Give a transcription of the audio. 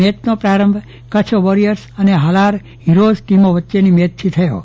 મેચનો પ્રારંભ કચ્છન વોરીયર્સ અને હાલાર હિરોનીની ટીમો વચ્ચેની મેચથી થયો હતો